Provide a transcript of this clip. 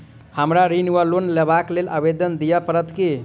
हमरा ऋण वा लोन लेबाक लेल आवेदन दिय पड़त की?